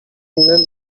innym